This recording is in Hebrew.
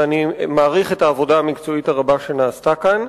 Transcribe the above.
ואני מעריך את העבודה המקצועית הרבה שנעשתה כאן.